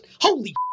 holy